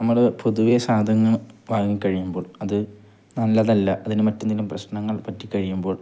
നമ്മള് പൊതുവെ സാധനങ്ങൾ വാങ്ങിക്കഴിയുമ്പോൾ അതു നല്ലതല്ല അതിനു മറ്റെന്തെങ്കിലും പ്രശ്നങ്ങൾ പറ്റിക്കഴിയുമ്പോൾ